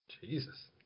Jesus